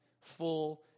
full